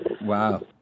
Wow